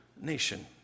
nation